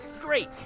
Great